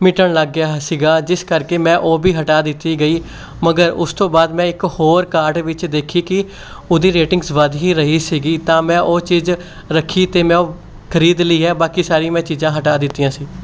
ਮਿਟਣ ਲੱਗ ਗਿਆ ਸੀ ਜਿਸ ਕਰਕੇ ਮੈਂ ਉਹ ਵੀ ਹਟਾ ਦਿੱਤੀ ਗਈ ਮਗਰ ਉਸ ਤੋਂ ਬਾਅਦ ਮੈਂ ਇੱਕ ਹੋਰ ਕਾਰਟ ਵਿੱਚ ਦੇਖੀ ਕਿ ਉਹਦੀ ਰੇਟਿੰਗਸ ਵੱਧ ਹੀ ਰਹੀ ਸੀ ਤਾਂ ਮੈਂ ਉਹ ਚੀਜ਼ ਰੱਖੀ ਅਤੇ ਮੈਂ ਉਹ ਖਰੀਦ ਲਈ ਹੈ ਬਾਕੀ ਸਾਰੀਆਂ ਮੈਂ ਚੀਜ਼ਾਂ ਹਟਾ ਦਿੱਤੀਆਂ ਸੀ